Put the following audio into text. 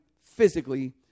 physically